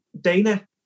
Dana